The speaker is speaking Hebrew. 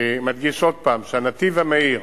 אני מדגיש עוד פעם שהנתיב המהיר,